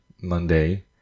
Monday